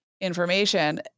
information